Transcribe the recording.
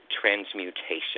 transmutation